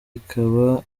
ikaba